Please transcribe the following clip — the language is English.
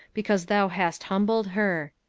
because thou hast humbled her.